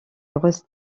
grosse